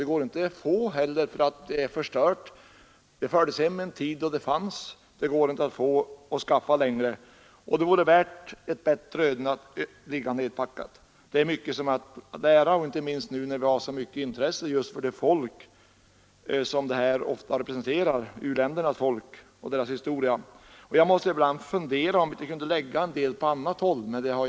Det är inte heller möjligt att skapa nya sådana samlingar, eftersom föremålen fördes hem under en tid då det fanns tillgång till dem. Nu finns det inga andra sådana föremål kvar. Det är mycket att lära sig av dessa samlingar, inte minst nu när vi visar ett så stort intresse för de länder som föremålen kommer från, dvs. från u-länderna, och för deras historia. Jag funderar ibland över om man inte kunde lägga ut en del av samlingarna på annat håll.